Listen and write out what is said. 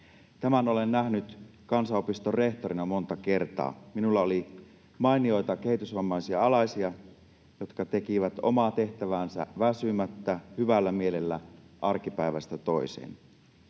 Tämän olen nähnyt kansanopiston rehtorina monta kertaa. Minulla oli mainioita kehitysvammaisia alaisia, jotka tekivät omaa tehtäväänsä väsymättä, hyvällä mielellä arkipäivästä toiseen.